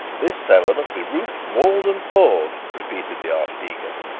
this cellar must be roofed, walled, and floored repeated the archdeacon.